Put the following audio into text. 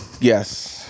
yes